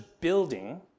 building